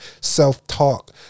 self-talk